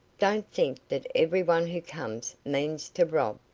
don't think that every one who comes means to rob.